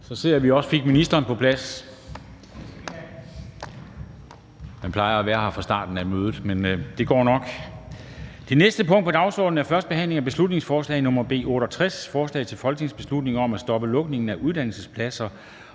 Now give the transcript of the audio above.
Så ser jeg, at vi også fik ministeren på plads. Han plejer at være her fra starten af mødet, men det går nok. --- Det sidste punkt på dagsordenen er: 20) 1. behandling af beslutningsforslag nr. B 68: Forslag til folketingsbeslutning om at stoppe lukning af uddannelsespladser